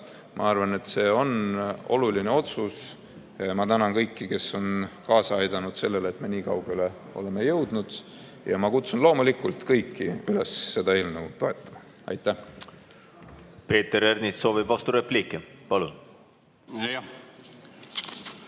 Ma arvan, et see on oluline otsus. Ma tänan kõiki, kes on kaasa aidanud sellele, et me nii kaugele oleme jõudnud, ja loomulikult kutsun ma kõiki üles seda eelnõu toetama. Peeter Ernits soovib vasturepliiki. Palun!